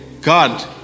God